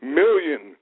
million